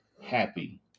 happy